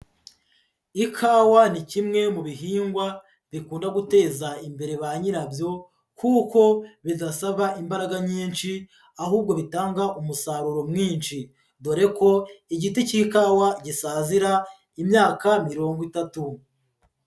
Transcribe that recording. Ikawa ni kimwe mu bihingwa bikunda guteza imbere ba nyirabyo kuko bidasaba imbaraga nyinshi ahubwo bitanga umusaruro mwinshi, dore ko igiti cy'ikawa gisazira imyaka mirongo itatu.